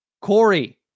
Corey